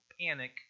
panic